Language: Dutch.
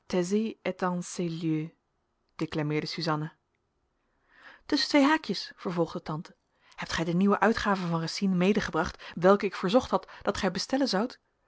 tusschen twee haakjes vervolgde tante hebt gij de nieuwe uitgave van racine medegebracht welke ik verzocht had dat gij bestellen zoudt